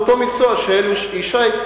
זה אותו מקצוע שאלי ישי,